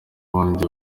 ubundi